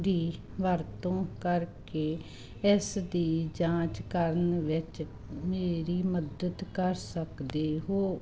ਦੀ ਵਰਤੋਂ ਕਰਕੇ ਇਸ ਦੀ ਜਾਂਚ ਕਰਨ ਵਿੱਚ ਮੇਰੀ ਮਦਦ ਕਰ ਸਕਦੇ ਹੋ